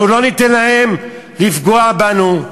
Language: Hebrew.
אנחנו לא ניתן להם לפגוע בנו,